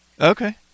Okay